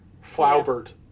Flaubert